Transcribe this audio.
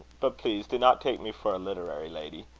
but, please, do not take me for a literary lady.